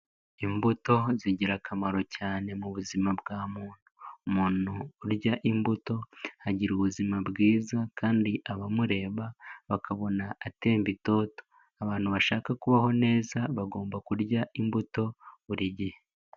Imbuto zigira akamaro cyane mu buzima bwa muntu. Umuntu urya imbuto agira ubuzima bwiza kandi abamureba bakabona atemba itoto. Abantu bashaka kubaho neza, bagomba kurya imbuto buri gihe.